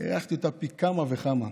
הערכתי אותה פי כמה וכמה.